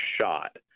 shot